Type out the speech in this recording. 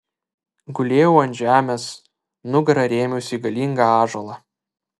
gulėjau ant žemės nugara rėmiausi į galingą ąžuolą